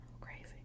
Crazy